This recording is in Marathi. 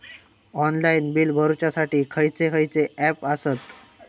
ऑनलाइन बिल भरुच्यासाठी खयचे खयचे ऍप आसत?